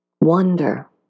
wonder